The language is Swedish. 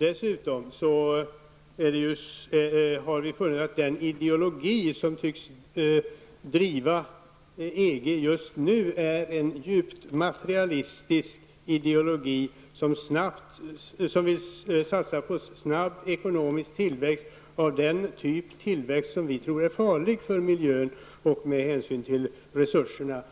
Dessutom har vi funnit att den ideologi som tycks driva EG just nu är en djupt materialistisk ideologi som vill satsa på snabb ekonomisk tillväxt av den typ som vi tror är farlig för miljön med hänsyn till resurserna.